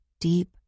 deep